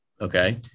Okay